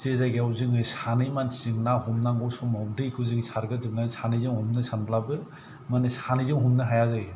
जे जायगायाव जोङो सानै मानसिजों ना हमनांगौ समाव दैखौ जों सारग्रो जोबनानै सानैजों हमनो सानब्लाबो माने सानैजों हमनो हाया जायो